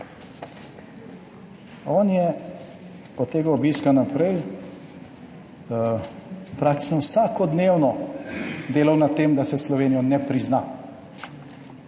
On je od tega obiska naprej praktično vsakodnevno delal na tem, da se Slovenije ne prizna.